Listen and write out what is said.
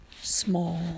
small